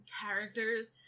characters